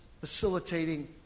facilitating